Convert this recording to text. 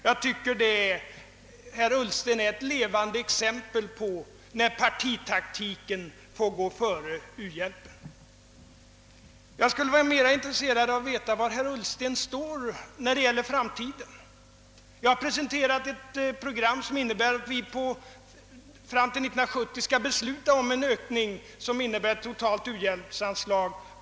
Jag tycker att herr Ullsten är ett levande exempel på hur det är när partitaktiken får gå före u-hjälpen. Jag skulle vara mera intresserad av att veta var herr Ullsten står när det gäller framtiden. Vi har presenterat ett program som innebär, att vi fram till 1970 skall besluta om en ökning till 1,3 miljard för u-hjälpsanslaget.